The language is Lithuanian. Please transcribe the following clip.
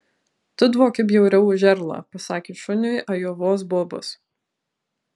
tu dvoki bjauriau už erlą pasakė šuniui ajovos bobas